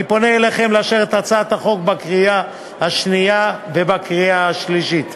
אני פונה אליכם לאשר את הצעת החוק בקריאה השנייה ובקריאה השלישית.